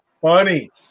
funny